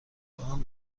راهم